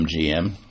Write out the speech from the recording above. MGM